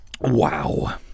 Wow